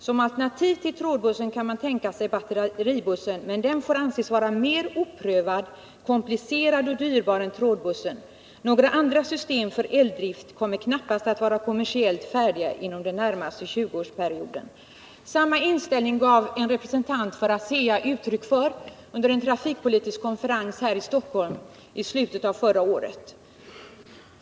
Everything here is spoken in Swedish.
Som alternativ till trådbussen kan man tänka sig batteribussen, men den får anses vara mer oprövad, komplicerad och dyrbar än trådbussen. Några andra system för eldrift kommer knappast att vara kommersiellt färdiga inom den närmaste 20 årsperioden.” Samma inställning gav en representant för ASEA uttryck för under en trafikpolitisk konferens här i Stockholm i slutet av förra året.